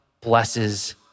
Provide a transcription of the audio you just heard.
blesses